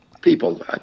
people